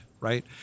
right